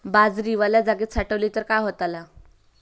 बाजरी वल्या जागेत साठवली तर काय होताला?